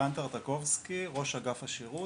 ערן טרטאקובסקי ראש אגף השירות,